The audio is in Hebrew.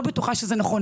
אני לא בטוחה שזה נכון.